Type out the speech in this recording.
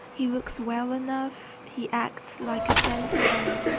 he looks well enough, he acts like a gentleman,